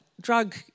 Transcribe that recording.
drug